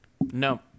No